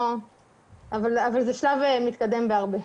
אבל זה שלב מתקדם בהרבה.